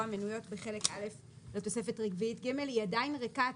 "המנויות בחלק א' לתוספת רביעית ג'";" היא עדיין ריקה,